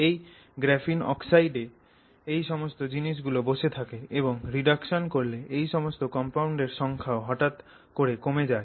এই গ্রাফিন অক্সাইডে এই সমস্ত জিনিসগুলো বসে থাকে এবং রিডাকশন করলে এই সমস্ত কম্পাউন্ডের সংখ্যা হটাৎ করে কমে যায়